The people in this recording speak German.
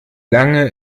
lange